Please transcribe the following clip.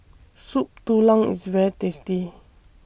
Soup Tulang IS very tasty